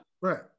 Right